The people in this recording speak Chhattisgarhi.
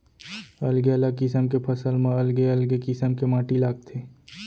अलगे अलग किसम के फसल म अलगे अलगे किसम के माटी लागथे